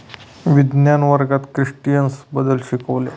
विज्ञान वर्गात क्रस्टेशियन्स बद्दल शिकविले